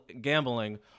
gambling